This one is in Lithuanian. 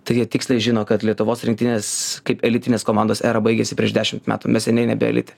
tai jie tiksliai žino kad lietuvos rinktinės kaip elitinės komandos era baigėsi prieš dešimt metų mes seniai nebe elite